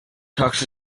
tux